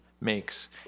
makes